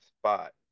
spot